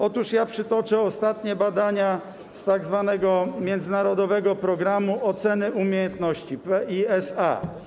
Otóż przytoczę ostatnie badania z tzw. międzynarodowego programu oceny umiejętności PISA.